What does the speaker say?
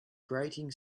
grating